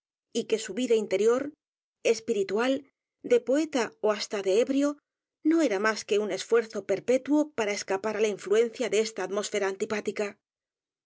y que su vida interior espiritual de poeta ó hasta de ebrio no era más que un esfuerzo perpetuo para escapar á ja influencia de esta atmósfera antipática